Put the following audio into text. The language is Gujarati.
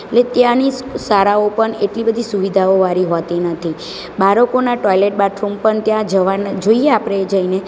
એટલે ત્યાંની શાળાઓ પણ એટલી બધી સુવિધાઓવાળી હોતી નથી બાળકોના ટોયલેટ બાથરૂમ પણ ત્યાં જવા જોઈએ આપણે જઈને